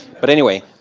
but anyway,